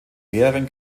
mehreren